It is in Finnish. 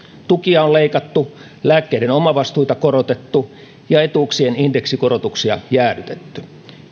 tukia on leikattu lääkkeiden omavastuita korotettu ja etuuksien indeksikorotuksia jäädytetty